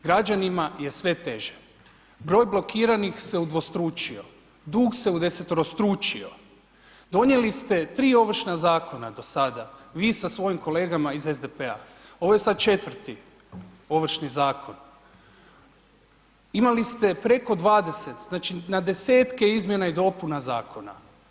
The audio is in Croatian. Građanima je sve teže, broj blokiranih se udvostručio, dug se udeseterostručio, donijeli se 3 Ovršna zakona do sada, vi sa svojim kolegama iz SDP-a ovo je sad 4 Ovršni zakon, imali ste preko 20, znači na desetke izmjena i dopuna zakona.